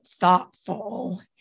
thoughtful